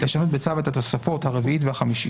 לשנות בצו את התוספת הרביעית והחמישית."